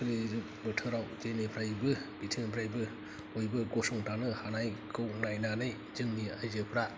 खोलिजुग बोथोराव जेनिफ्रायबो बिथिंनिफ्रायबो बयबो गसंथानो हानायखौ नायनानै जोंनि आइजोफ्रा